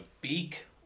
beak